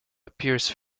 appears